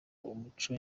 umuco